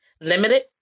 limited